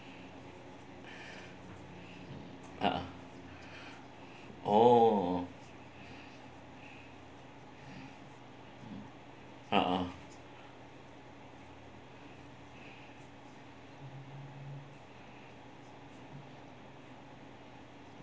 uh oh uh !huh!